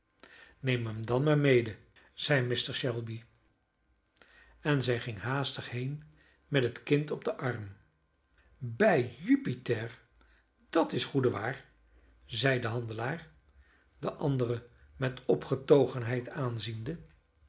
neem hem dan maar mede zeide mr shelby en zij ging haastig heen met het kind op den arm bij jupiter dat is goede waar zeide de handelaar den ander met opgetogenheid aanziende